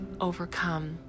overcome